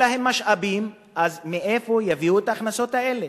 אין להם משאבים, אז מאיפה יביאו את ההכנסות האלה?